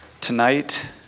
tonight